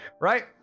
right